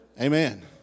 Amen